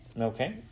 Okay